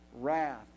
wrath